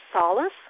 solace